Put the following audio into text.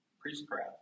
priestcraft